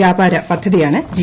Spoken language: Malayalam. വ്യാപാര പദ്ധതിയാണ് ജി